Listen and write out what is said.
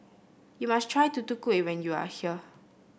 you must try Tutu Kueh when you are here